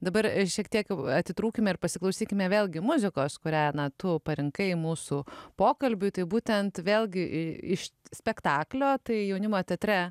dabar šiek tiek atitrūkome ir pasiklausykime vėlgi muzikos kūrena tu parinkai mūsų pokalbiui tai būtent vėlgi iš spektaklio tai jaunimo teatre